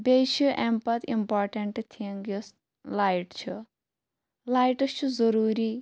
بیٚیہِ چھُ اَمہِ پتہٕ اِمپاٹینٛٹ تھِنٛگ یُس لایِٹ چھِ لایِٹِس چھُ ضروٗری